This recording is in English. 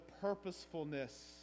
purposefulness